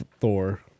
Thor